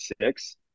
six